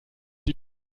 die